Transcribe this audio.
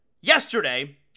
yesterday